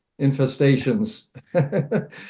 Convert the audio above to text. infestations